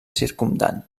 circumdant